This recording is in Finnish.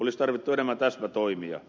olisi tarvittu enemmän täsmätoimia